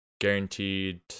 guaranteed